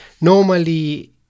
normally